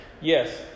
Yes